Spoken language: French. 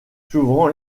souvent